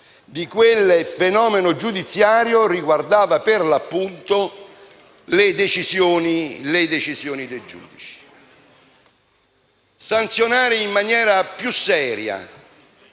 di quel fenomeno giudiziario riguardava per l'appunto le decisioni dei giudici. Sanzionare in maniera più